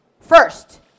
first